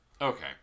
Okay